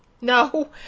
No